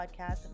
podcast